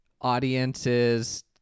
audiences